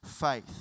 faith